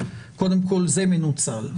זה מנוצל.